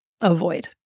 avoid